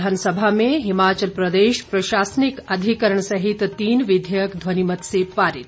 विधानसभा में हिमाचल प्रदेश प्रशासनिक अधिकरण सहित तीन विधेयक ध्वनिमत से पारित